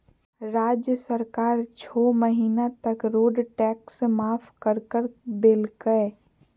राज्य सरकार छो महीना तक रोड टैक्स माफ कर कर देलकय